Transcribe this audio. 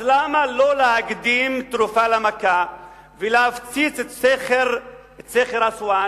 אז למה לא להקדים תרופה למכה ולהפציץ את סכר אסואן,